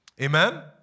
Amen